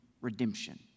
redemption